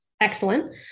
Excellent